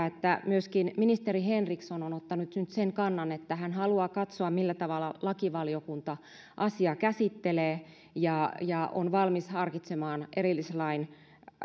siitä että myöskin ministeri henriksson on ottanut nyt sen kannan että hän haluaa katsoa millä tavalla lakivaliokunta asiaa käsittelee ja ja on valmis harkitsemaan erillislain